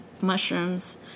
mushrooms